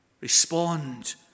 Respond